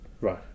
Right